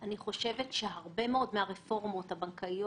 אני חושבת שהרבה מאוד מהרפורמות הבנקאיות